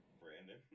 Brandon